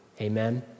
Amen